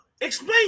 Explain